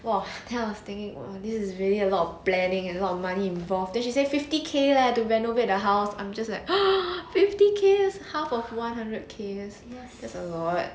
!wah! kind of thing this is really a lot of planning and a lot of money involved then she say fifty K leh to renovate the house I'm just !huh! fifty K half of one hundred K there's a lot